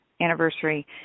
anniversary